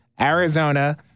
Arizona